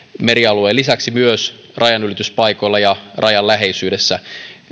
merialueen lisäksi myös rajanylityspaikoilla ja rajan läheisyydessä